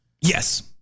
Yes